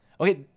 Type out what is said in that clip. Okay